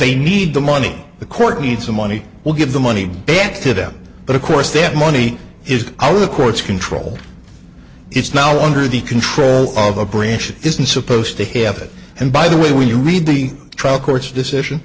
they need the money the court needs the money we'll give the money back to them but of course that money is out of the court's control it's now under the control of a branch that isn't supposed to have it and by the way when you read the trial court's decision